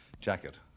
jacket